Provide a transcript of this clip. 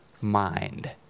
mind